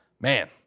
Man